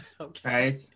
Okay